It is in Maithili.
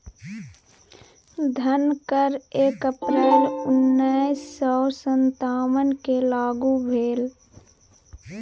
धन कर एक अप्रैल उन्नैस सौ सत्तावनकेँ लागू भेल